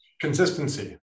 Consistency